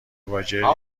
واژه